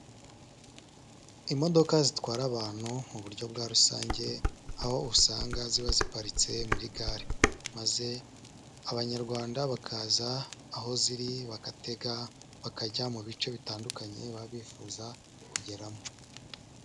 Imodoka zitwara abantu mu buryo bwa rusange, aho usanga ziba ziparitse muri gare, maze Abanyarwanda bakaza aho ziri bagatega bakajya mu bice bitandukanye baba bifuza kugeramo.